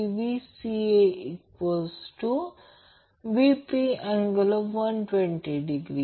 तर येथे ते एक लाइन टू लाइन व्होल्टेज आहे